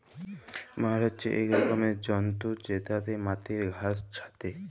ময়ার হছে ইক রকমের যল্তর যেটতে মাটির ঘাঁস ছাঁটে